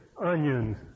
onions